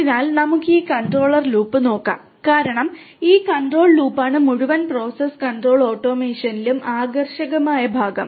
അതിനാൽ നമുക്ക് ഈ കൺട്രോൾ ലൂപ്പ് നോക്കാം കാരണം ഈ കൺട്രോൾ ലൂപ്പാണ് മുഴുവൻ പ്രോസസ്സ് കൺട്രോൾ ഓട്ടോമേഷനിലും ആകർഷകമായ ഭാഗം